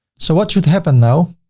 so what should happen now,